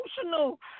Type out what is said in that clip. emotional